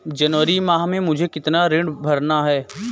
जनवरी माह में मुझे कितना ऋण भरना है?